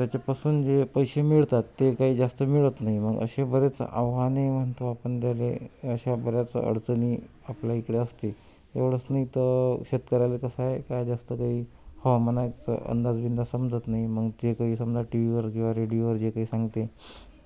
त्याच्यापासून जे पैसे मिळतात ते काही जास्त मिळत नाही मग असे बरेच आव्हाने म्हणतो आपण द्याले अशा बऱ्याच अडचणी आपल्या इकडे असतील एवढंच नाही तर शेतकऱ्याला कसं आहे हाय का जास्त काही हवामानाचा अंदाज गिंदाज समजत नाही मग ते काही समजा टी वीवर किंवा रेडिओवर जे काही सांगतील